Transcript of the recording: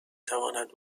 تواند